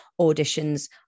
auditions